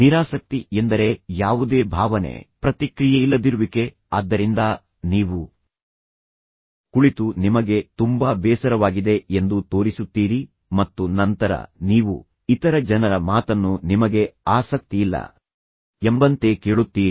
ನಿರಾಸಕ್ತಿ ಎಂದರೆ ಯಾವುದೇ ಭಾವನೆ ಪ್ರತಿಕ್ರಿಯೆಯಿಲ್ಲದಿರುವಿಕೆ ಆದ್ದರಿಂದ ನೀವು ಕುಳಿತು ನಿಮಗೆ ತುಂಬಾ ಬೇಸರವಾಗಿದೆ ಎಂದು ತೋರಿಸುತ್ತೀರಿ ಮತ್ತು ನಂತರ ನೀವು ಇತರ ಜನರ ಮಾತನ್ನು ನಿಮಗೆ ಆಸಕ್ತಿಯಿಲ್ಲ ಎಂಬಂತೆ ಕೇಳುತ್ತೀರಿ